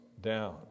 down